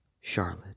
Charlotte